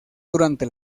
durante